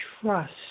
trust